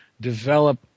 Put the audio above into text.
develop